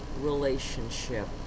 relationship